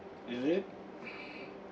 is it